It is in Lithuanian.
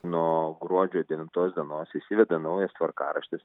nuo gruodžio devintos dienos įsiveda naujas tvarkaraštis